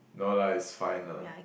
no lah is fine lah